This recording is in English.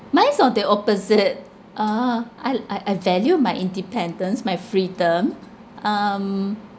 mine's on the opposite uh I'll I I value my independence my freedom um